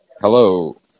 Hello